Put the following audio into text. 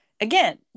Again